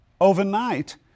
Overnight